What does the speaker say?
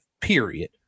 period